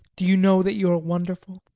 do you know that you are wonderful?